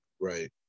Right